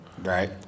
Right